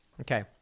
Okay